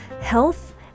health